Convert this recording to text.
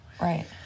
Right